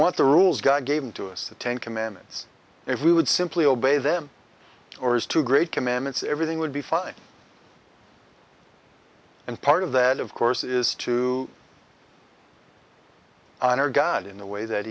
want the rules god gave to us the ten commandments if we would simply obey them or is too great commandments everything would be fine and part of that of course is to honor god in the way that